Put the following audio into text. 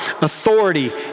authority